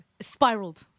spiraled